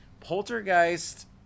Poltergeist